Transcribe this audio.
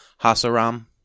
Hasaram